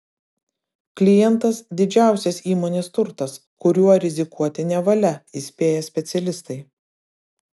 klientas didžiausias įmonės turtas kuriuo rizikuoti nevalia įspėja specialistai